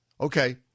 Okay